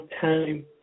time